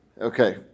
okay